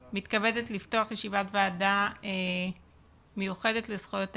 אני מתכבדת לפתוח את ישיבת הוועדה המיוחדת לזכויות הילד.